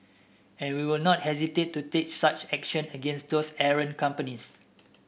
and we will not hesitate to take such actions against those errant companies